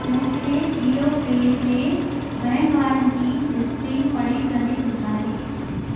मूंखे जीओ पे जे वहिंवारनि जी हिस्ट्री पढ़ी करे ॿुधायो